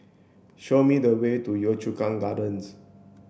show me the way to Yio Chu Kang Gardens